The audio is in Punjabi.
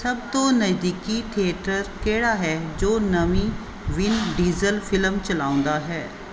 ਸਭ ਤੋਂ ਨਜ਼ਦੀਕੀ ਥੀਏਟਰ ਕਿਹੜਾ ਹੈ ਜੋ ਨਵੀਂ ਵਿਨ ਡੀਜ਼ਲ ਫਿਲਮ ਚਲਾਉਂਦਾ ਹੈ